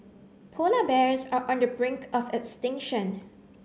polar bears are on the brink of extinction